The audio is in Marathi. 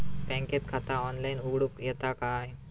बँकेत खाता ऑनलाइन उघडूक येता काय?